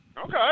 Okay